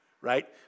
Right